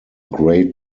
great